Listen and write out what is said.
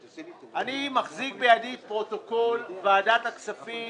אני מחזיק בידי פרוטוקול ועדת הכספים